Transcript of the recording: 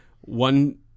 one